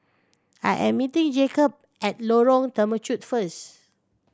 I am meeting Jacob at Lorong Temechut first